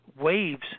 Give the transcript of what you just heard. waves